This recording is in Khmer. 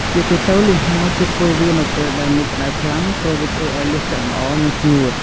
ជាទូទៅលៀសហាលគេធ្វើវានៅពេលដែលមេឃក្តៅខ្លាំង ព្រោះវាធ្វើអោយលៀសឆ្អិនល្អ និងស្ងួត។